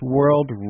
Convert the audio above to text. World